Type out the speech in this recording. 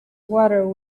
water